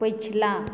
पछिला